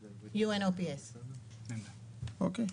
UNOPS. אוקיי.